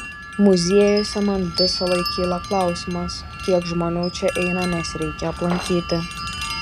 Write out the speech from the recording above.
muziejuose man visąlaik kyla klausimas kiek žmonių čia eina nes reikia aplankyti